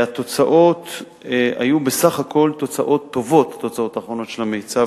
והתוצאות היו בסך הכול תוצאות טובות; התוצאות האחרונות של המיצ"ב,